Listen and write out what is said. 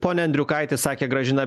pone andriukaiti sakė gražina